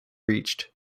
reached